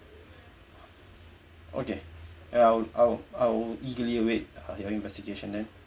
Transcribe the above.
okay ya I'll I'll I'll eagerly await your investigation then